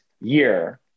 year